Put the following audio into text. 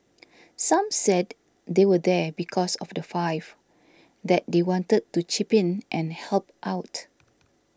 some said they were there because of the five that they wanted to chip in and help out